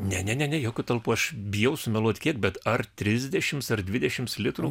ne ne ne jokių talpų aš bijau sumeluoti kiek bet ar trisdešimt ar dvidešimt litrų